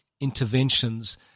interventions